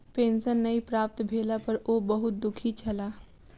pension नै प्राप्त भेला पर ओ बहुत दुःखी छला